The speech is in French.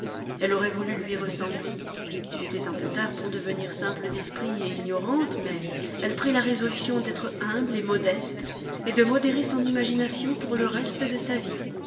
elle aurai voulu lui ressembler il était un peu tard pour devenir simple d'esprit et ignorante mais elle prit la résolution d'être humble et modeste et de modérer son imagination pour le reste de sa vie